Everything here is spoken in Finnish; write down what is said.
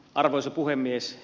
arvoisa puhemies